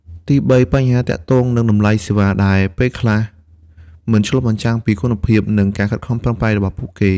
ទីបី បញ្ហាទាក់ទងនឹងតម្លៃសេវា ដែលពេលខ្លះមិនទាន់ឆ្លុះបញ្ចាំងពីគុណភាព និងការខិតខំប្រឹងប្រែងរបស់ពួកគេ។